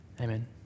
Amen